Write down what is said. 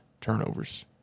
turnovers